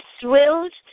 thrilled